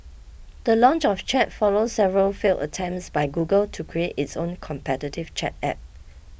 the launch of Chat follows several failed attempts by Google to create its own competitive chat app